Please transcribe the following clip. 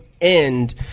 end